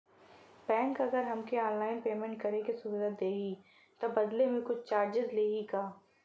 Bank अगर हमके online payment करे के सुविधा देही त बदले में कुछ चार्जेस लेही का?